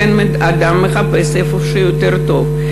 בן-אדם מחפש איפה שיותר טוב.